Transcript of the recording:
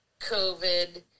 COVID